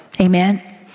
Amen